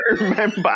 remember